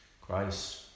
Christ